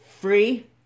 free